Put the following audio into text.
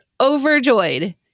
overjoyed